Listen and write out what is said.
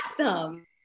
awesome